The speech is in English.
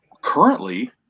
Currently